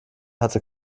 hatte